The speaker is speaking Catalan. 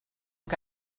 que